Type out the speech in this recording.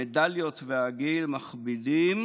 המדליות והגיל מכבידים,